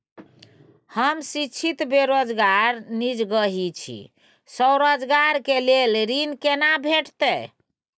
हम शिक्षित बेरोजगार निजगही छी, स्वरोजगार के लेल ऋण केना भेटतै?